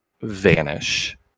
Vanish